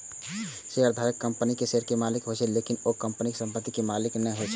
शेयरधारक कंपनीक शेयर के मालिक होइ छै, लेकिन ओ कंपनी के संपत्ति के मालिक नै होइ छै